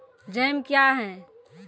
Jam क्या हैं?